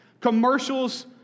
Commercials